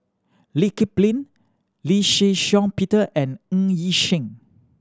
Lee Kip Lin Lee Shih Shiong Peter and Ng Yi Sheng